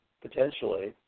potentially